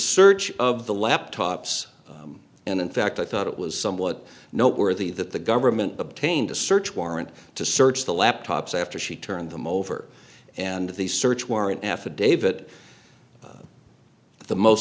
search of the laptops and in fact i thought it was somewhat noteworthy that the government obtained a search warrant to search the laptops after she turned them over and the search warrant affidavit the most